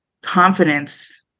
confidence